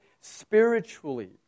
spiritually